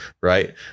right